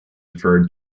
referred